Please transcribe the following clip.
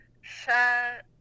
share